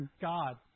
God